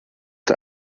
der